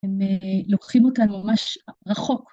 הם לוקחים אותנו ממש רחוק.file:///D:/Downloads/voicemail.wav